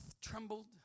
trembled